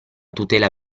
tutela